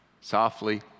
softly